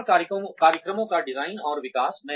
प्रशिक्षण कार्यक्रमों का डिजाइन और विकास